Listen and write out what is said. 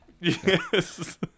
Yes